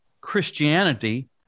Christianity